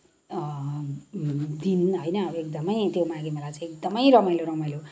दिन होइन एकदमै त्यो माघे मेला चाहिँ एकदमै रमाइलो रमाइलो